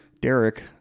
Derek